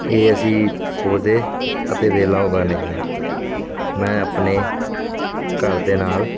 ਇਹ ਅਸੀਂ ਪੌਦੇ ਅਤੇ ਵੇਲਾਂ ਉਗਾਉਂਦੇ ਹਾਂ ਮੈਂ ਆਪਣੇ ਘਰ ਦੇ ਨਾਲ